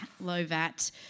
Lovat